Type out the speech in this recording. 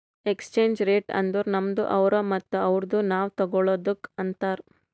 exchange rate ಅಂದುರ್ ನಮ್ದು ಅವ್ರು ಮತ್ತ ಅವ್ರುದು ನಾವ್ ತಗೊಳದುಕ್ ಅಂತಾರ್